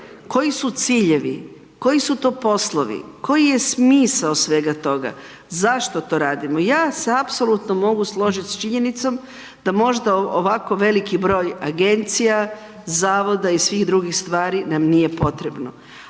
koji su ciljevi, koji su to poslovi, koji je smisao svega toga, zašto to radimo? Ja se apsolutno mogu složit s činjenicom da možda ovako veliki broj agencija, zavoda i svih drugih stvari nam nije potrebno.